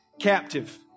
captive